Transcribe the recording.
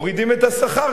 מורידים את השכר,